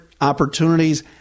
opportunities